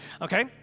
okay